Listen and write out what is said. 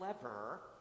clever